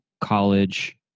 college